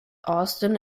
austin